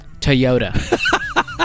Toyota